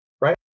right